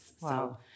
Wow